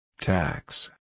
Tax